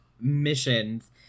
missions